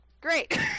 great